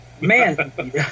man